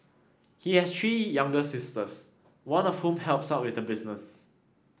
he has three younger sisters one of whom helps out with the business